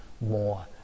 more